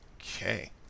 Okay